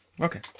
Okay